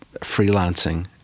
freelancing